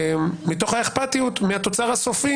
מתוך האכפתיות לתוצר הסופי,